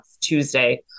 Tuesday